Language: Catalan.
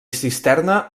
cisterna